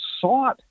sought